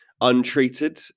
untreated